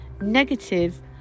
negative